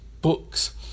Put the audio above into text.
books